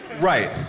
Right